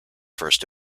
first